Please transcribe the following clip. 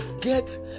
get